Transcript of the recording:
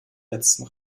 letzten